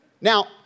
Now